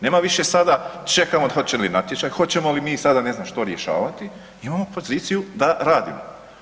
Nema više sada čekamo kad će novi natječaj, hoćemo li mi sada ne znam što rješavati, imamo poziciju da radimo.